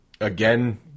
again